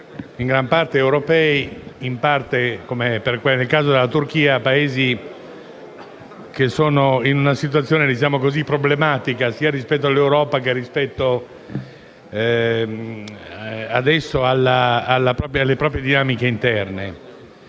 in gran parte europei e in parte, come nel caso della Turchia, Paesi che sono in situazioni problematiche sia rispetto all'Europa che rispetto alla proprie dinamiche interne.